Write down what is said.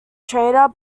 traitor